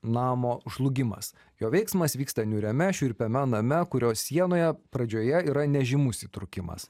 namo žlugimas jo veiksmas vyksta niūriame šiurpiame name kurio sienoje pradžioje yra nežymus įtrūkimas